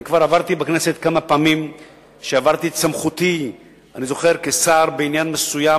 אני כבר עברתי בכנסת כמה מקרים שבהם העברתי את סמכותי כשר בעניין מסוים,